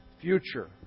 future